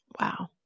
Wow